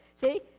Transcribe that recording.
See